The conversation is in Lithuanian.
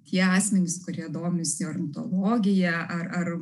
tie asmenys kurie domisi ornitologija ar ar